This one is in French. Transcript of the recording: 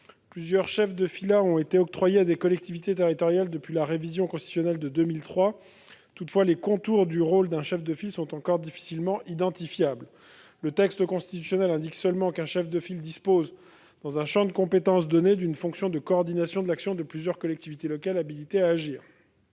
Plusieurs chefs de filât ont été octroyés à des collectivités territoriales depuis la révision constitutionnelle de 2003. Toutefois, les contours du rôle d'un chef de file sont encore difficilement identifiables. Le texte constitutionnel indique seulement qu'un chef de file dispose, dans un champ de compétences donné, d'une fonction de coordination de l'action de plusieurs collectivités locales habilitées à agir.